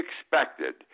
expected